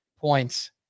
points